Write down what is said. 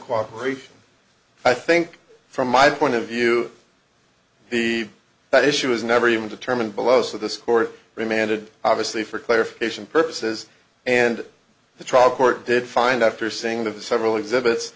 cooperate i think from my point of view he that issue was never even determined below so this court remanded obviously for clarification purposes and the trial court did find after seeing the several exhibits